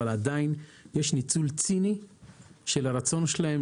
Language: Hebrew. אבל עדיין יש ניצול ציני של הרצון שלהן